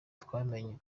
twamenye